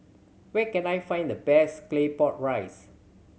where can I find the best Claypot Rice